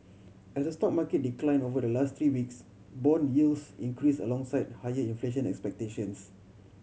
as the stock market decline over the last three weeks bond yields increase alongside higher inflation expectations